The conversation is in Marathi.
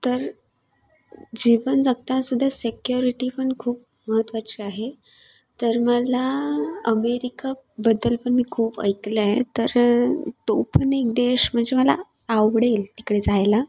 तर जीवन जगतासुद्धा सिक्योरिटी पण खूप महत्त्वाची आहे तर मला अमेरिकाबद्दल पण मी खूप ऐकलं आहे तर तो पण एक देश म्हणजे मला आवडेल तिकडे जायला